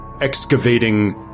excavating